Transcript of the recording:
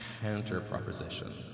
counter-proposition